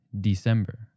December